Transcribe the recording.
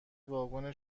واگن